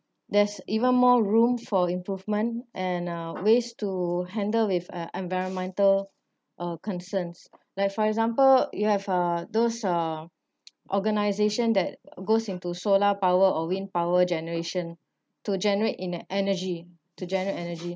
there's even more room for improvement and uh ways to handle with uh environmental uh concerns like for example you have uh those uh organisation that goes into solar power or wind power generation to generate in the energy to generate energy